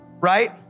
Right